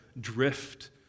drift